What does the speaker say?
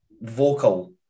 vocal